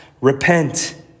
repent